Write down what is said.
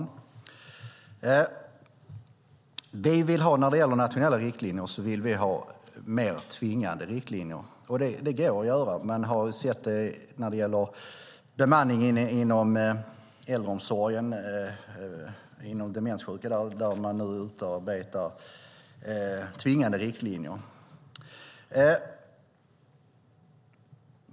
Herr talman! När det gäller nationella riktlinjer vill vi ha mer tvingande riktlinjer. Det går att göra. Man har sett det när det gäller bemanning inom äldreomsorgen för demenssjuka där man nu utarbetar tvingande riktlinjer.